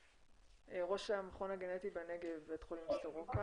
ראש המכון הגנטי בנגב, בית חולים סורוקה.